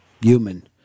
human